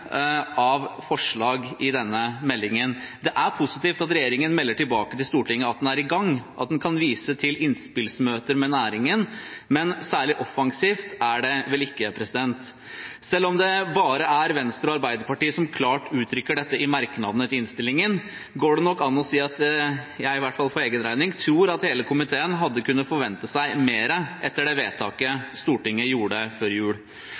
av forslag i denne meldingen. Det er positivt at regjeringen melder tilbake til Stortinget at den er i gang − at de kan vise til innspillsmøter med næringen − men særlig offensivt er det ikke. Selv om det bare er Venstre og Arbeiderpartiet som klart uttrykker dette i merknadene til innstillingen, går det nok an å si at jeg i hvert fall for egen regning tror at komiteen hadde kunnet forvente seg mer etter det vedtaket Stortinget gjorde før jul.